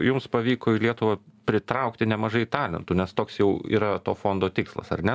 jums pavyko į lietuvą pritraukti nemažai talentų nes toks jau yra to fondo tikslas ar ne